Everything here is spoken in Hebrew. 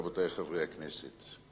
רבותי חברי הכנסת,